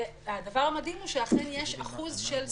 הדבר המדהים הוא שאכן יש אחוז של סכסוכים,